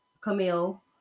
Camille